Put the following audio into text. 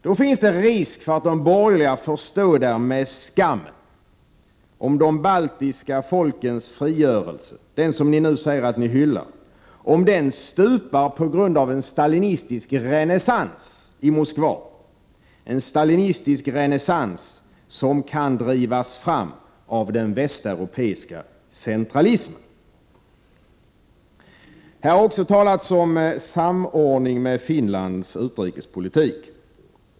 Då finns det en risk för att de borgerliga får stå där med skammen, om de baltiska folkens frigörelse, som ni nu säger att ni hyllar, stupar på grund av en stalinistisk renässans i Moskva, en stalinistisk renässans som kan drivas fram av den västeuropeiska centralismen. Här har också talats om samordning med Finlands utrikespolitik.